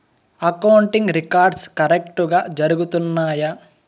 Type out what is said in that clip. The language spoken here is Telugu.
అకౌంటింగ్ రికార్డ్స్ కరెక్టుగా జరుగుతున్నాయా